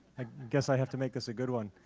i guess i have to make this a good one.